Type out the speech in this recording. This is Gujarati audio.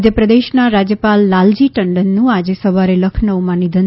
મધ્યપ્રદેશના રાજ્યપાલ લાલજી ટંડનનું આજે સવારે લખનૌમાં નિધન